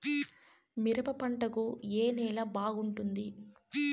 మిరప పంట కు ఏ నేల బాగుంటుంది?